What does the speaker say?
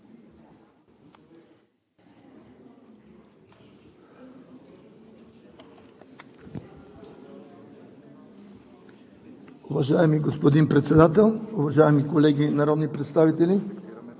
уважаеми господин Председател. Уважаеми колеги народни представители!